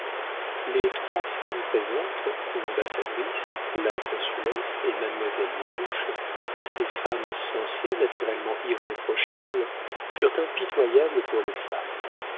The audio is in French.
les trois femmes présentes l'ambassadrice la consulesse et mademoiselle des touches ces femmes censées naturellement irréprochables furent impitoyables pour les femmes